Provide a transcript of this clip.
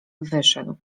wyszedł